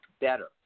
better